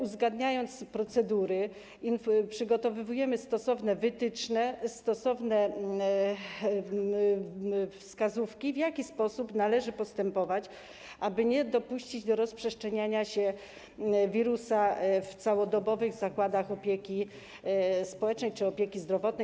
Uzgadniając procedury, przygotowujemy stosowne wytyczne, stosowne wskazówki, w jaki sposób należy postępować, aby nie dopuścić do rozprzestrzeniania się wirusa w całodobowych zakładach opieki społecznej czy opieki zdrowotnej.